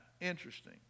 Interesting